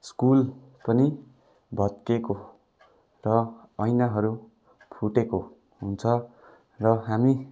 school पनि भत्किएको र ऐनाहरू फुटेको हुन्छ र हामी